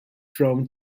from